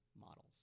models